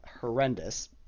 horrendous